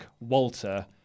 Walter